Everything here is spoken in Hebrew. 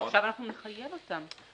עכשיו אנחנו נחייב אותם.